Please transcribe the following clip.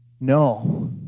No